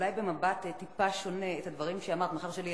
אולי במבט טיפה שונה, את הדברים שאמרת, מאחר שלא